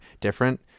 different